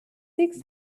six